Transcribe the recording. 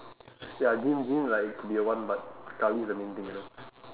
ya gym gym like it could be the one but curry is the main thing you know